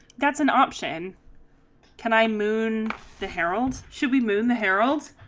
that's an option can i move the heralds should remove the heralds